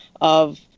of-